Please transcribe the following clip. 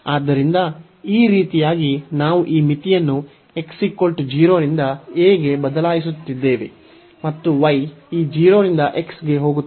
ಆದ್ದರಿಂದ ಈ ರೀತಿಯಾಗಿ ನಾವು ಈಗ ಮಿತಿಯನ್ನು x 0 ರಿಂದ a ಗೆ ಬದಲಾಯಿಸಿದ್ದೇವೆ ಮತ್ತು y ಈ 0 ರಿಂದ x ಗೆ ಹೋಗುತ್ತದೆ